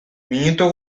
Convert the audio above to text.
minutu